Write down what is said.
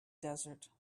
desert